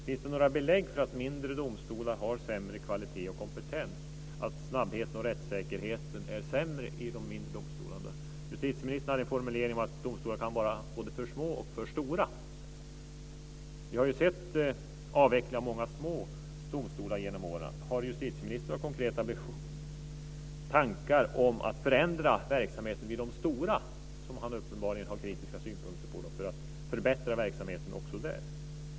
Finns det några belägg för att mindre domstolar har sämre kvalitet och kompetens och att snabbheten och rättssäkerheten är sämre i de mindre domstolarna? Justitieministern hade en formulering om att domstolar kan vara både för små och för stora. Vi har sett en avveckling av många små domstolar genom åren. Har justitieministern några konkreta tankar om att förändra verksamheten vid de stora domstolarna, som han uppenbarligen har kritiska synpunkter på, för att förbättra verksamheten också där?